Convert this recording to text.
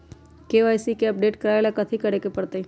KYC के update करवावेला कथि करें के परतई?